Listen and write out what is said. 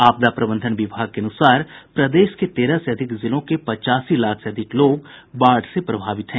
आपदा प्रबंधन विभाग के अनुसार प्रदेश के तेरह से अधिक जिलों के पचासी लाख से अधिक लोग बाढ़ से प्रभावित हैं